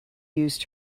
used